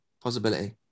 possibility